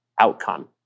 outcome